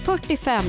45